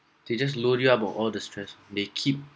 they just load you up on all the stress they keep